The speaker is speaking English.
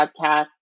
podcast